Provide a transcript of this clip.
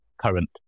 current